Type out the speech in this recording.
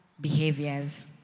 behaviors